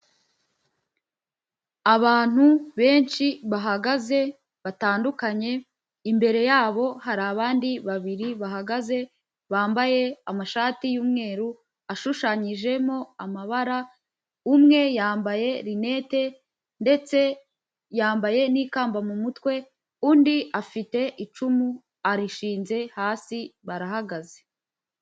Abantu benshi bahagaze batandukanye, imbere yabo hari abandi babiri bahagaze, bambaye amashati y'umweru ashushanyijemo amabara umwe yambaye rinete ndetse yambaye n'ikamba mumutwe undi afite icumu arishinze hasi barahagaze.